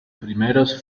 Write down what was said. primeros